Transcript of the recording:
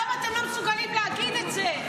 למה אתם לא מסוגלים להגיד את זה?